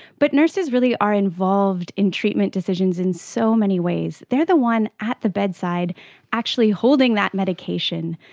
but nurses really are involved in treatment decisions in so many ways. they are the one at the bedside actually holding that medication,